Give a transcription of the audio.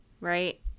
right